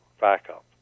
backup